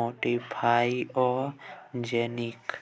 modified आ organic